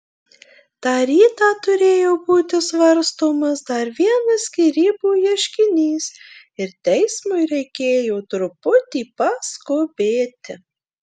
tą rytą turėjo būti svarstomas dar vienas skyrybų ieškinys ir teismui reikėjo truputį paskubėti